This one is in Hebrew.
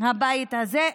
הבית הזה.